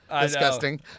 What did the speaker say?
Disgusting